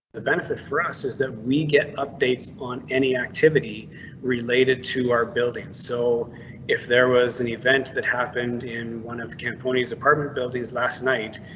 the benefit for us is that we get updates on any activity related to our buildings. so if there was an event that happened in one of campanies apartment buildings last night,